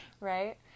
right